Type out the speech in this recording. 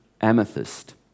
amethyst